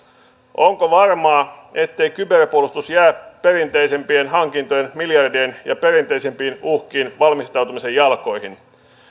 onko varmaa ettei kyberpuolustus jää perinteisempien hankintojen miljardien ja perinteisempiin uhkiin valmistautumisen jalkoihin